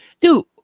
dude